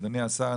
אדוני השר,